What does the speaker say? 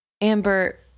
Amber